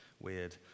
weird